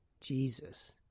Jesus